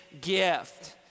gift